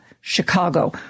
Chicago